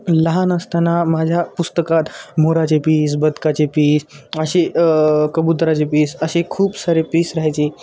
लहान असताना माझ्या पुस्तकात मोराचे पीस बदकाचे पीस अशी कबूतराचे पीस असे खूप सारे पीस राहायचे